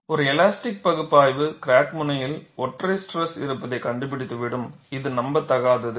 ஒரு எலாஸ்டிக் பகுப்பாய்வு கிராக் முனையில் ஒற்றை ஸ்ட்ரெஸ் இருப்பதை கண்டுபிடித்து விடும் இது நம்பத்தகாதது